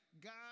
God